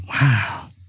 Wow